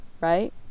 right